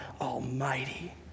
Almighty